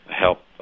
help